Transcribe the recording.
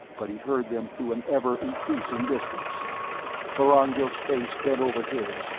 but he heard them through an ever-increasing distance vorongil's face bent over his,